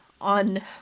on